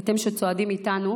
אתם, שצועדים איתנו,